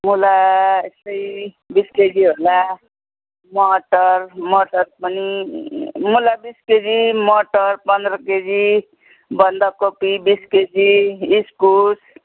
मुला यस्तै बिस केजी होला मटर मटर पनि मुला बिस केजी मटर पन्ध्र केजी बन्दकोपी बिस केजी इस्कुस